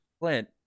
clint